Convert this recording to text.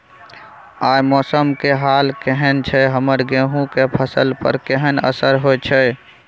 आय मौसम के हाल केहन छै हमर गेहूं के फसल पर केहन असर होय छै?